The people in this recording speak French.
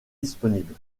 disponible